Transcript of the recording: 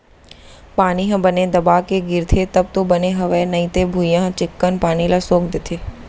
पानी ह बने दबा के गिरथे तब तो बने हवय नइते भुइयॉं ह चिक्कन पानी ल सोख देथे